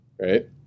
right